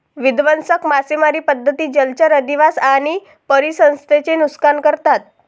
विध्वंसक मासेमारी पद्धती जलचर अधिवास आणि परिसंस्थेचे नुकसान करतात